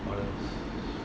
what else